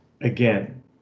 again